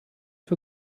für